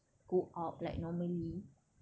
go out like normally